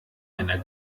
einer